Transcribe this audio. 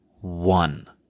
one